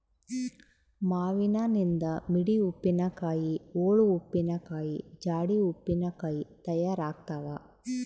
ಮಾವಿನನಿಂದ ಮಿಡಿ ಉಪ್ಪಿನಕಾಯಿ, ಓಳು ಉಪ್ಪಿನಕಾಯಿ, ಜಾಡಿ ಉಪ್ಪಿನಕಾಯಿ ತಯಾರಾಗ್ತಾವ